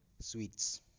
sweets